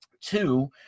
Two